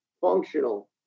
functional